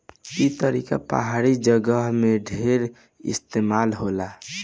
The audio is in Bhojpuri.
ई तरीका पहाड़ी जगह में ढेर इस्तेमाल होला